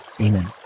Amen